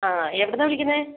ആ എവിടുന്നാ വിളിക്കുന്നത്